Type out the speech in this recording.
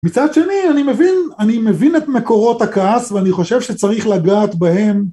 מצד שני אני מבין את מקורות הכעס ואני חושב שצריך לגעת בהם